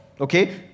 Okay